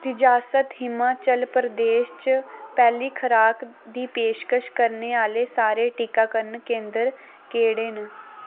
रियासत हिमाचल प्रदेश च पैह्ली खराक दी पेशकश करने आह्ले सारे टीकाकरन केंदर केह्ड़े न